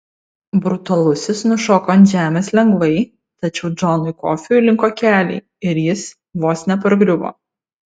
brutalusis nušoko ant žemės lengvai tačiau džonui kofiui linko keliai ir jis vos nepargriuvo